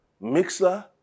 Mixer